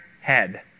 head